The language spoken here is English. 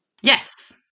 Yes